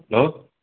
hello